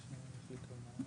תתייחס גם לדברים שפטין אמר.